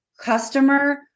customer